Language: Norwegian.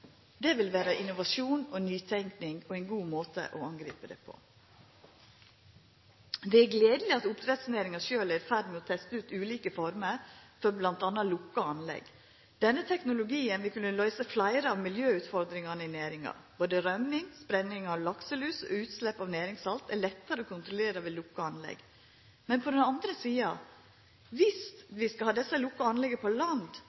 vil vera innovasjon og nytenking og ein god måte å angripa det på. Det er gledeleg at oppdrettsnæringa sjølv bl.a. er i ferd med å testa ut ulike former for lukka anlegg. Denne teknologien vil kunna løysa fleire av miljøutfordringane i næringa – både røming, spreiing av lakselus og utslepp av næringssalt er lettare å kontrollera ved lukka anlegg. På den andre sida: Viss vi skal ha desse lukka anlegga på land,